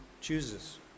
chooses